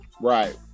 Right